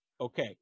okay